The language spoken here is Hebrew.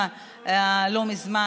הקשר בין הכנסת לבין המשרד זה דבר לא חריג.